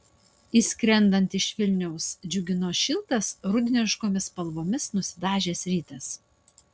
išskrendant iš vilniaus džiugino šiltas rudeniškomis spalvomis nusidažęs rytas